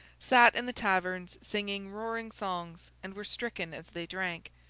sat in the taverns singing roaring songs, and were stricken as they drank,